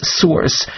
source